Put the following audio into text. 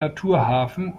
naturhafen